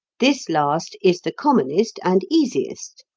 this last is the commonest and easiest.